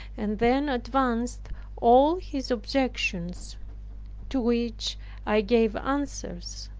and then advanced all his objections to which i gave answers.